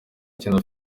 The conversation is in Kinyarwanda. akina